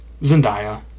Zendaya